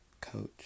coach